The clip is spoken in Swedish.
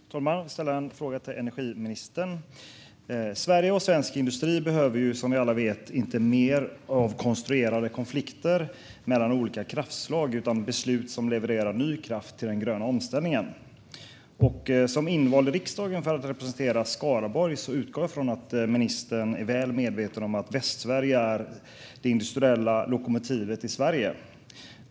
Herr talman! Jag vill ställa en fråga till energiministern. Sverige och svensk industri behöver, som vi alla vet, inte mer av konstruerade konflikter mellan olika kraftslag utan i stället beslut som levererar ny kraft till den gröna omställningen. Som invald i riksdagen för att representera Skaraborg utgår jag från att ministern är väl medveten om att Västsverige är det industriella lokomotivet i Sverige.